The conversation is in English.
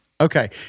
Okay